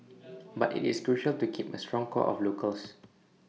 but IT is crucial to keep A strong core of locals